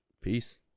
Peace